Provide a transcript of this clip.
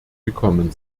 gekommen